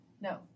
No